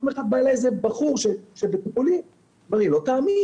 יום אחד בא אלי בחור בטיפולים ואמר לי: לא תאמין,